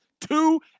two